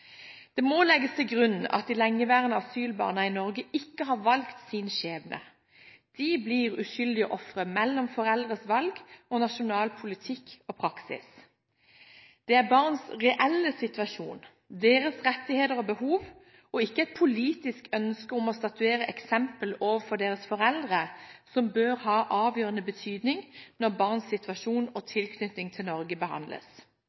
Det må legges til grunn at de lengeværende asylbarna i Norge ikke har valgt sin skjebne. De blir uskyldige ofre mellom foreldrenes valg og nasjonal politikk og praksis. Det er barns reelle situasjon, deres rettigheter og behov, og ikke et politisk ønske om å statuere et eksempel overfor deres foreldre, som bør ha avgjørende betydning når barns situasjon og tilknytning til Norge behandles.